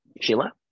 Sheila